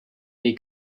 they